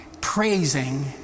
praising